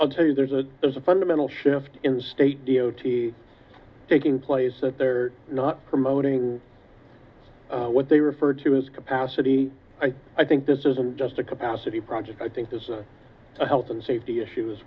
i'll tell you there's a there's a fundamental shift in state d o t taking place that they're not promoting what they refer to as capacity i think this isn't just a capacity project i think there's a health and safety issue